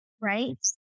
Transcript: right